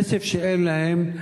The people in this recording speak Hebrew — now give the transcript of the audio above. כסף שאין להם.